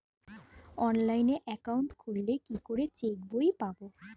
Online account খুললে কি করে চেক বই পাব?